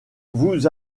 vous